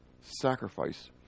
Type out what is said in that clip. sacrifice